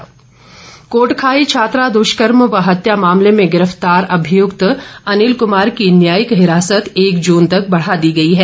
हिरासत कोटखाई छात्रा दुष्कर्म व हत्या मामले में गिरफ्तार अभियुक्त अनिल कुमार की न्यायिक हिरासत एक जून तक बढ़ा दी गई है